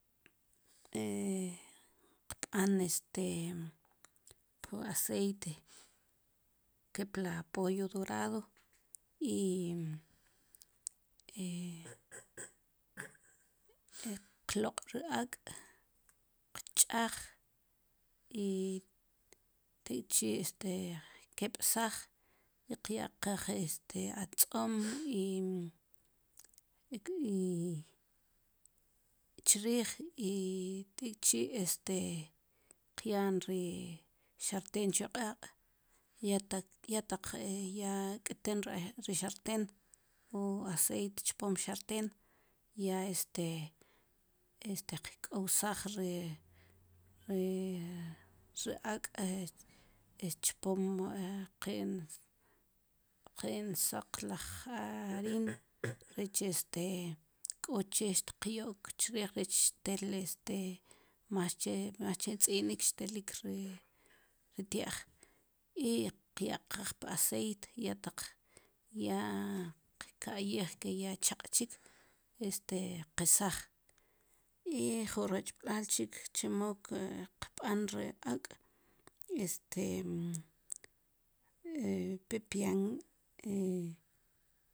qb'an este pwu aceite kepla pollo dorado i qloq' ri ak' qch'aj i tek'chi' este qkeb'saaj qyaqaj este atz'om chriij tek'chi' este qya'n ri xarten chu q'aaq' ya taq ya taq ya k'ten ri xarten wu aceit chpom xarten ya este este qk'owsaaj ri ri ak' chpom kin kin soq laj arin rech este k'o che xtyok chriij rech tel este mas che mas che tz'inik xtelik ri tia'j i qyaqaj pwu aceit ya taq ya qka'yij ke ya choq chik este qesaj i ju rochb'laal chik chemo qb'an ri ak' este pepian